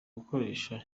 gukoresha